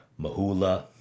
Mahula